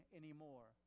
anymore